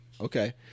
okay